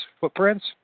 footprints